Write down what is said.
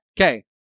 Okay